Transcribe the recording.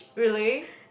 really